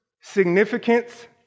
significance